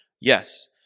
yes